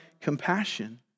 compassion